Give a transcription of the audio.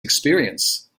experience